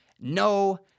No